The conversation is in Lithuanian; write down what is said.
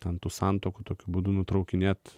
ten tų santuokų tokiu būdu nutraukinėti